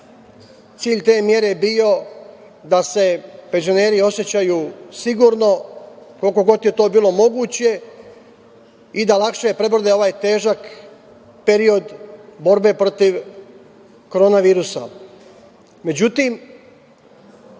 cilj te mere bio da se penzioneri osećaju sigurno, koliko god je to bilo moguće, i da lakše prebrode ovaj težak period borbe protiv koronavirusa.Međutim,